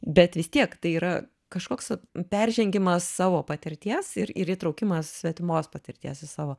bet vis tiek tai yra kažkoks peržengimas savo patirties ir ir įtraukimas svetimos patirties į savo